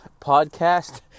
podcast